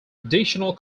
additional